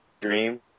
dream